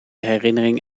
herinnering